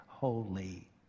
Holy